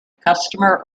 customer